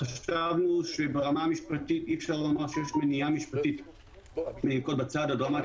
סברנו שברמה המשפטית אי אפשר לומר שיש פה מניעה משפטית לנקוט בצעד הדרמטי